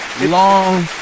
long